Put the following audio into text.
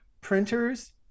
printers